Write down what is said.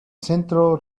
centro